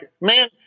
man